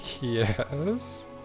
Yes